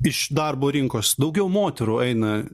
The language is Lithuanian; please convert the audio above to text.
iš darbo rinkos daugiau moterų eina